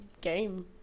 game